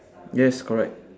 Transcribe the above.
yes correct